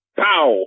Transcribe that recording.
pow